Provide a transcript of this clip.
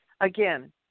again